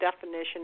definition